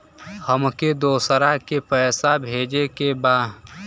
हमके दोसरा के पैसा भेजे के बा?